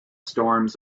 storms